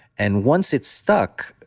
and once it's stuck,